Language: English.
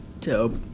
Dope